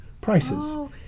prices